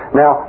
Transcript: now